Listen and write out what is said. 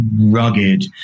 rugged